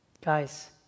Guys